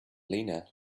lena